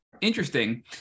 interesting